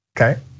okay